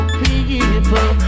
people